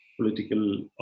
political